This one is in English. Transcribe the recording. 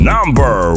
Number